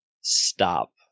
stop